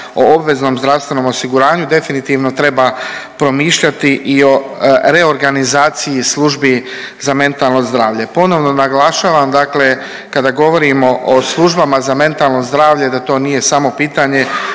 o obveznom zdravstvenom osiguranju definitivno treba promišljati i o reorganizaciji službi za mentalno zdravlje. Ponovno naglašavam dakle kada govorimo o službama za mentalno zdravlje, da to nije samo pitanje